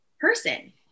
person